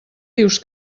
dius